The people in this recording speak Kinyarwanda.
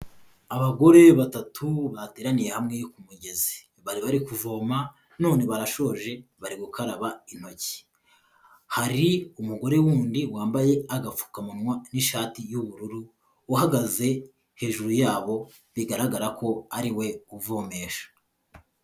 Abagore batatu bateraniye hamwe ku mugezi, bari bari kuvoma none barashoje bari gukaraba intoki, hari umugore wundi wambaye agapfukamunwa n'ishati y'ubururu uhagaze hejuru yabo bigaragara ko ariwe uvomesha.